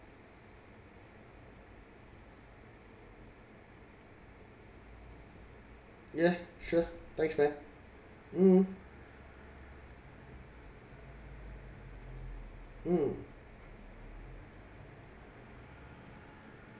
yeah sure thanks man mm mm